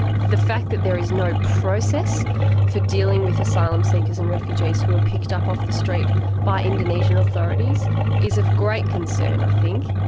the fact that there is no process for dealing with asylum seekers and refugees who are picked up off the street by indonesian authorities is of great concern i think.